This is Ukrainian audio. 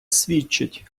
свідчить